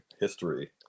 history